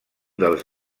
dels